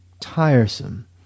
Tiresome